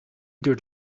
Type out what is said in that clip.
duurt